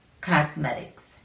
Cosmetics